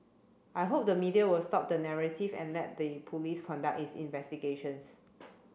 I hope the media will stop the narrative and let the police conduct its investigations